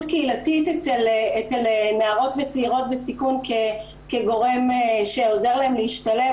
קהילתית אצל נערות וצעירות בסיכון כגורם שעוזר להן להשתלב.